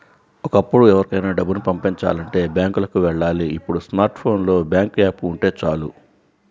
ఒకప్పుడు ఎవరికైనా డబ్బుని పంపిచాలంటే బ్యాంకులకి వెళ్ళాలి ఇప్పుడు స్మార్ట్ ఫోన్ లో బ్యాంకు యాప్ ఉంటే చాలు